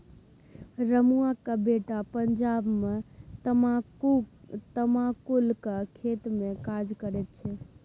रमुआक बेटा पंजाब मे तमाकुलक खेतमे काज करैत छै